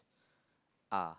are